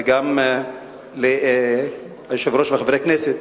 וגם את תשומת הלב של היושב-ראש וחברי הכנסת,